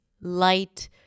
light